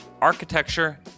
architecture